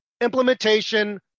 implementation